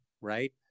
right